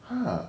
!huh!